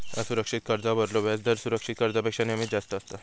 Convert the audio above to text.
असुरक्षित कर्जावरलो व्याजदर सुरक्षित कर्जापेक्षा नेहमीच जास्त असता